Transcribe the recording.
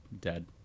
dead